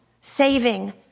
saving